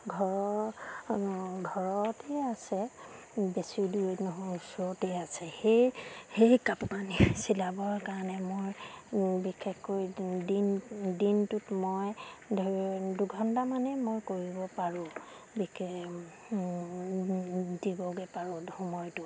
ঘৰ ঘৰতে আছে বেছি দূৰ নহয় ওচৰতেই আছে সেই সেই কাপোৰ কানি চিলাবৰ কাৰণে মই বিশেষকৈ দিন দিনটোত মই ধৰি দুঘণ্টামানেই মই কৰিব পাৰোঁ বিশেষ দিবগৈ পাৰোঁ সময়টো